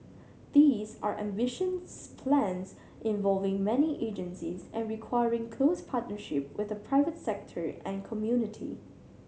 these are ambitious plans involving many agencies and requiring close partnership with the private sector and community